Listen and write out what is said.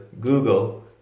Google